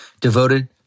devoted